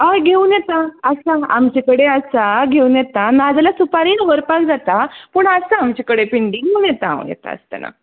हय घेवन येता आसा आमचे कडेन आसा घेवन येता नाजाल्यार सुपारी दवरपाक जाता पूण आसा आमचे कडेन पिंडी घेवन येता हांव येता आसतना